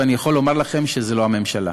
ואני יכול לומר לכם שזה לא הממשלה.